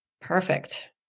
Perfect